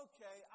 Okay